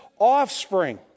offspring